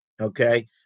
okay